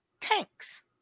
tanks